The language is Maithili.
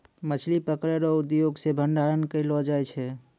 मछली पकड़ै रो उद्योग से भंडारण करलो जाय छै